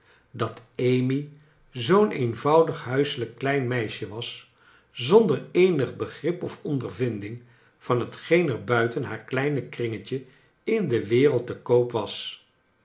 dat amy zoo'n eenvoudig huiselijk klein meisje was zonder eenig begrip of ondervinding van hetgeen er buiten haar kleine kringetje in de wereld te koop was